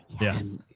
Yes